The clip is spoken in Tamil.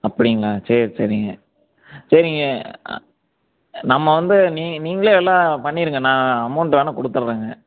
அப்படிங்களா சேர் சரிங்க சரிங்க நம்ம வந்து நீ நீங்களே எல்லாம் பண்ணிவிடுங்க நான் அமௌண்ட் வேணா கொடுத்தர்றேங்க